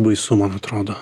baisu man atrodo